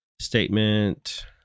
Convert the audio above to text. Statement